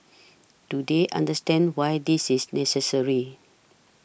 do they understand why this is necessary